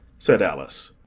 said alice,